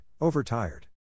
overtired